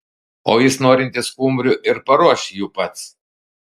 o jis norintis skumbrių ir paruoš jų pats